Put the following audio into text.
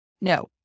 no